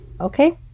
Okay